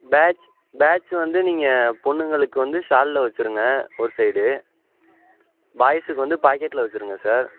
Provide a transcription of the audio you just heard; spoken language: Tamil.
பேட்ச் பேட்ச் வந்து நீங்கள் பெண்ணுங்களுக்கு வந்து ஷாலில் வைச்சுருங்க ஒரு சைடு பாய்ஸுக்கு வந்து பாக்கெட்டில் வைச்சுருங்க சார்